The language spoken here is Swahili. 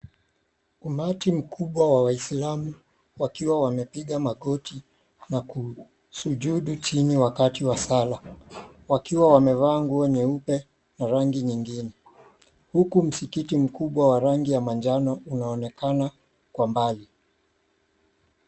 Umati mkubwa wa Waislamu wakiwa wamepiga magoti na kusujudu chini wakati wa sala. Wakiwa wamevaa nguo nyeupe na rangi nyingine. Huku msikiti mkubwa wa rangi ya manjano unaonekana kwa mbali